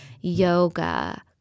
yoga